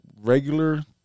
regular